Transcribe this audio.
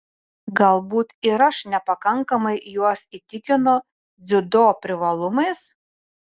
galbūt ir aš nepakankamai juos įtikinu dziudo privalumais